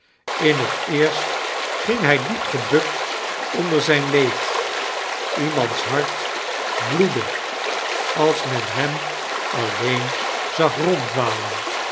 in x earst ging hij diep gebukt onder zijn leed iernands hart bloedde als men hem alteen zag